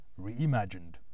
reimagined